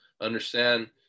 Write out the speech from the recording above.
understand